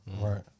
Right